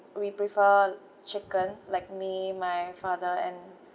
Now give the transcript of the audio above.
we prefer chicken like me my father and